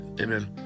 amen